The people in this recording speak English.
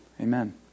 Amen